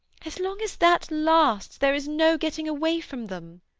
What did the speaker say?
as long as that lasts, there is no getting away from them.